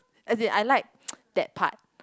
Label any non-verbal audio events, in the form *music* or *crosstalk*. as in I like *noise* that part